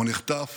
או נחטף